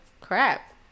crap